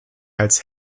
als